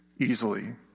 easily